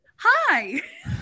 Hi